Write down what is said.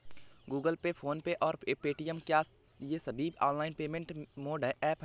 Google pay PhonePe और Paytm क्या ये सभी ऑनलाइन पेमेंट मोड ऐप हैं?